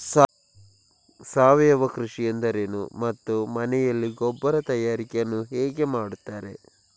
ಸಾವಯವ ಕೃಷಿ ಎಂದರೇನು ಮತ್ತು ಮನೆಯಲ್ಲಿ ಗೊಬ್ಬರ ತಯಾರಿಕೆ ಯನ್ನು ಹೇಗೆ ಮಾಡುತ್ತಾರೆ?